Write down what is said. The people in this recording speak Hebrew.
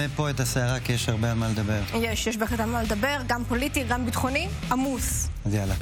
הישיבה הבאה תתקיים ביום שני